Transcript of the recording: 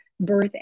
birth